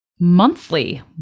Monthly